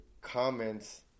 comments